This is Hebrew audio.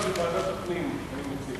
בעד, 11, אין מתנגדים